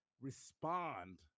respond